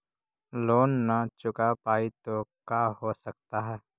Loan न चुका पाई तो का हो सकता है?